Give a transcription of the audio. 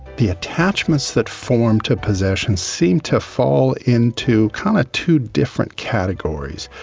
the attachments that form to possessions seemed to fall into kind of two different categories.